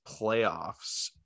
playoffs